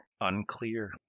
Unclear